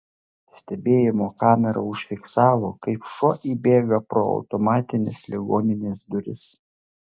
stebėjimo kamera užfiksavo kaip šuo įbėga pro automatines ligoninės duris